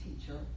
teacher